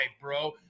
bro